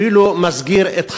ואפילו מסגיר את חבריו.